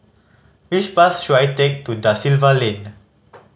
which bus should I take to Da Silva Lane